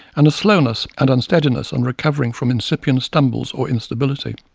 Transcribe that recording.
and a slowness and unsteadiness on recovering from incipient stumbles or instability.